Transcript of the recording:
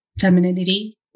femininity